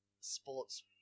sports